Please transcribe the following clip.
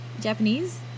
Japanese